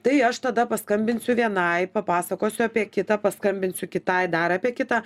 tai aš tada paskambinsiu vienai papasakosiu apie kitą paskambinsiu kitai dar apie kitą